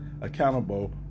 accountable